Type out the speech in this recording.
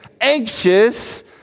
anxious